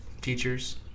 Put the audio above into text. teachers